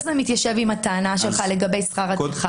זה מתיישב עם הטענה שלך לגבי שכר הטרחה?